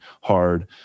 hard